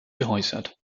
geäußert